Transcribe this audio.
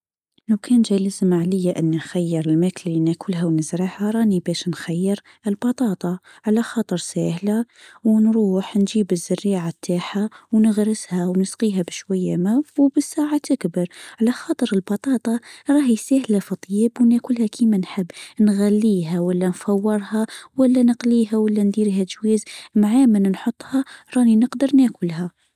لو كان جالس مع ليا اني اخير الماكله ناكلها راني باش نخير البطاطا على خاطر سهله ونروح نجيب الزريعه تعها ونغرسها ونسقيها بشويه مو وبالساعة تكبر على خاطر البطاطا راهي سهله فضيه بناكلها كيما نحب نغليها ولا نفورها ولا نقليها ولا نديرها جواز مع من نحطها راني نقدر ناكلها.